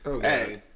Hey